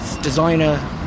designer